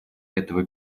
этого